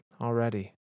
already